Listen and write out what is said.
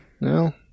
No